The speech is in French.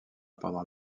pendant